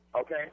Okay